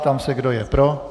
Ptám se, kdo je pro.